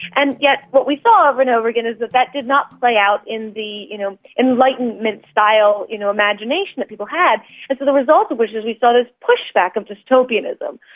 and yet what we saw over and over again is that that did not play out in the you know enlightenment style you know imagination that people had. and so the result of which was we saw this push-back of dystopianism,